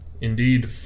indeed